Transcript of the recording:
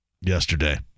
yesterday